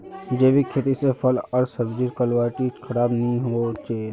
जैविक खेती से फल आर सब्जिर क्वालिटी खराब नहीं हो छे